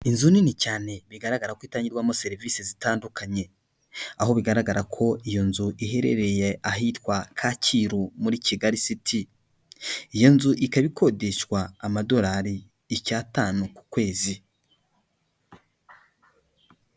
Inzu nini cyane bigaragara ko itangirwamo serivisi zitandukanye aho bigaragara ko iyo nzu iherereye ahitwa kacyiru muri kigali city iyo nzu ikaba ikodeshwa amadolari icy'atanu ku kwezi.